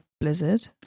Blizzard